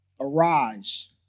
Arise